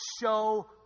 show